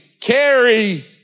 carry